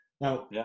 Now